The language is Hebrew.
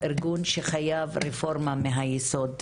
ארגון שחייב רפורמה מהיסוד,